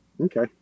Okay